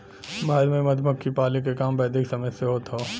भारत में मधुमक्खी पाले क काम वैदिक समय से होत हौ